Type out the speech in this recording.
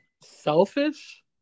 Selfish